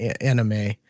anime